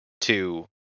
two